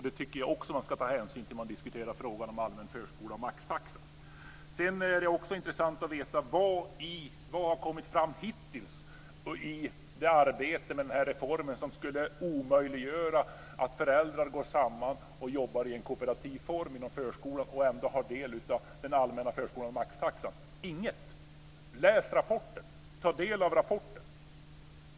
Det tycker jag också att man ska ta hänsyn till när man diskuterar frågorna om allmän förskola och maxtaxa. Det skulle också vara intressant att veta vad som har kommit fram hittills i arbetet med denna reform som skulle omöjliggöra att föräldrar går samman och jobbar i kooperativ form inom förskolan och ändå har del av den allmänna förskolans maxtaxa. Inget! Läs och ta del av rapporten!